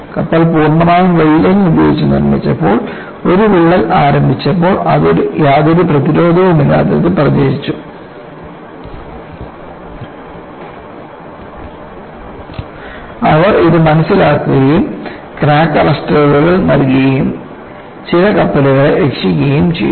കപ്പൽ പൂർണ്ണമായും വെൽഡിംഗ് ഉപയോഗിച്ച് നിർമ്മിച്ചപ്പോൾ ഒരു വിള്ളൽ ആരംഭിച്ചപ്പോൾ യാതൊരു പ്രതിരോധവുമില്ലാതെ അത് പ്രചരിച്ചു അവർ ഇത് മനസ്സിലാക്കുകയും ക്രാക്ക് അറസ്റ്ററുകൾ നൽകുകയും ചില കപ്പലുകളെ രക്ഷിക്കുകയും ചെയ്തു